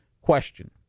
question